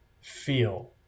feel